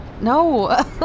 No